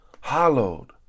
Hallowed